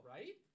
Right